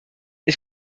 que